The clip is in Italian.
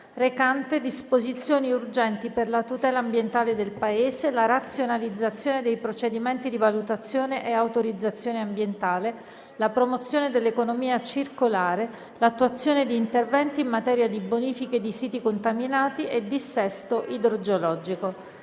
recante disposizioni urgenti per la tutela ambientale del Paese, la razionalizzazione dei procedimenti di valutazione e autorizzazione ambientale, la promozione dell'economia circolare, l'attuazione di interventi in materia di bonifiche di siti contaminati e dissesto idrogeologico***